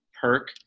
perk